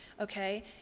okay